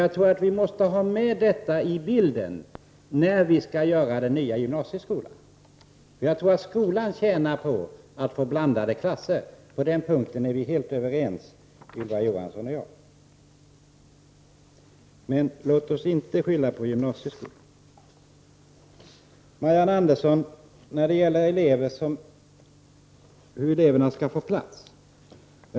Jag tror dock att vi måste ha detta med i bilden när vi skall utforma den nya gymnasieskolan. Skolan tjänar nog på att vi har blandade klasser. På den punkten är vi helt överens, Ylva Johansson och jag. Låt oss dock inte skylla på gymnasieskolan. Marianne Andersson talade om hur eleverna skall få plats.